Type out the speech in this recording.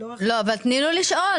תני לו לשאול.